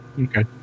okay